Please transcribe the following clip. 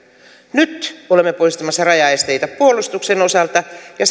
nyt olemme poistamassa rajaesteitä puolustuksen osalta ja